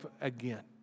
again